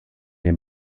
den